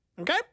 Okay